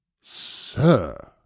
Sir